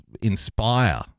inspire